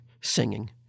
singing